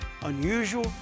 unusual